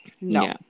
No